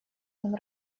ним